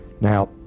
Now